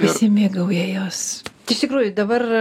pasimėgauja jos iš tikrųjų dabar